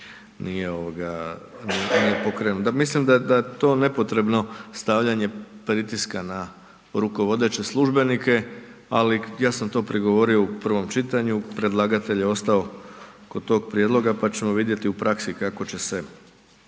nije pokrenuta. Mislim da je to nepotrebno stavljanje pritiska na rukovodeće službenike, ali ja sam to prigovorio u prvom čitanju, predlagatelj je ostao kod tog prijedloga pa ćemo vidjeti u praksi kako će se,